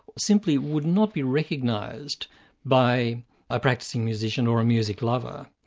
simply would not be recognised by a practising musician or a music lover.